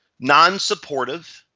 non-supportive,